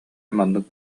маннык